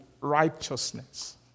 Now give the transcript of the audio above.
righteousness